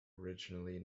originally